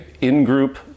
in-group